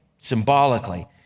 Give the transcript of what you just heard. symbolically